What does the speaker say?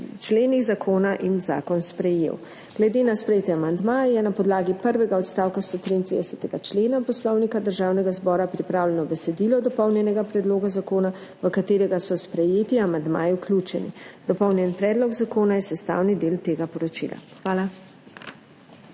členih zakona in zakon sprejel. Glede na sprejete amandmaje je na podlagi prvega odstavka 133. člena Poslovnika Državnega zbora pripravljeno besedilo dopolnjenega predloga zakona, v katerega so sprejeti amandmaji vključeni. Dopolnjen predlog zakona je sestavni del tega poročila. Hvala.